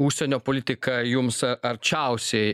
užsienio politika jums arčiausiai